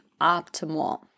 optimal